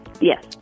Yes